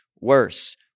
worse